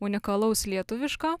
unikalaus lietuviško